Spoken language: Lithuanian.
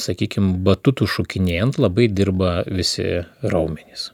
sakykim batutu šokinėjant labai dirba visi raumenys